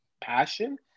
passion